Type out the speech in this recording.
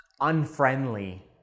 unfriendly